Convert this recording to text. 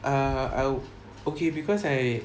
ah I'll okay because I